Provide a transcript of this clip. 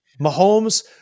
Mahomes